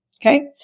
Okay